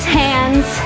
hands